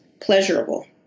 pleasurable